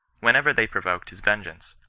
whenever they provoked his vengeance.